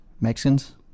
Mexicans